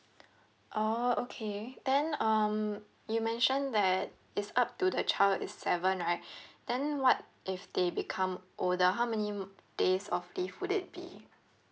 oh okay then um you mentioned that it's up to the child is seven right then what if they become older how many m~ days of leave would it be